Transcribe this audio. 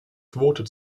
quote